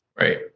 Right